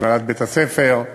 הנהלת בית-הספר,